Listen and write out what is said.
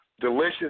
delicious